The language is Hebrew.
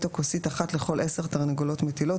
או כוסית אחת לכל עשר תרנגולות מטילות,